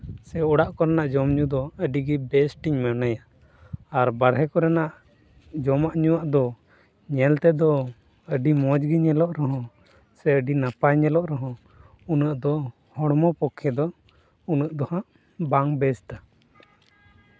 ᱥᱮ ᱚᱲᱟᱜ ᱠᱚᱨᱮᱱᱟᱜ ᱡᱚᱢ ᱧᱩ ᱫᱚ ᱟᱹᱰᱤᱜᱮ ᱵᱮᱥᱴ ᱤᱧ ᱢᱚᱱᱮᱭᱟ ᱟᱨ ᱵᱟᱦᱨᱮ ᱠᱚᱨᱮᱱᱟᱜ ᱡᱚᱢᱟᱜ ᱧᱩᱣᱟᱜ ᱫᱚ ᱧᱮᱞ ᱛᱮᱫᱚ ᱟᱹᱰᱤ ᱢᱚᱡᱽ ᱜᱮ ᱧᱮᱞᱚᱜ ᱨᱮᱦᱚ ᱥᱮ ᱟᱹᱰᱤ ᱱᱟᱯᱟᱭ ᱧᱮᱞᱚᱜ ᱨᱮᱦᱚᱸ ᱩᱱᱟᱹᱜ ᱫᱚ ᱦᱚᱲᱢᱚ ᱯᱚᱠᱠᱷᱮ ᱫᱚ ᱩᱱᱟᱹᱜ ᱫᱚᱦᱟᱜ ᱵᱟᱝ ᱵᱮᱥᱴᱼᱟ